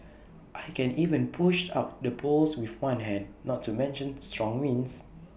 I can even push out the poles with one hand not to mention strong winds